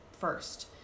first